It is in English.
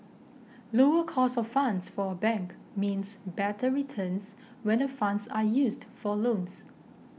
lower cost of funds for a bank means better returns when the funds are used for loans